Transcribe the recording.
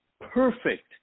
perfect